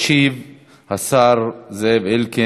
השר זאב אלקין, בשם ראש הממשלה.